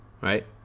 right